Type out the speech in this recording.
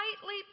slightly